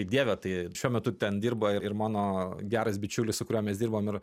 dieve tai šiuo metu ten dirba ir mano geras bičiulis su kuriuo mes dirbom ir